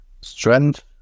strength